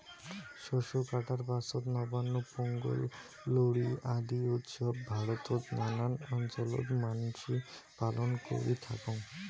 শস্য কাটার পাছত নবান্ন, পোঙ্গল, লোরী আদি উৎসব ভারতত নানান অঞ্চলত মানসি পালন করি থাকং